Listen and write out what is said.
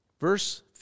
Verse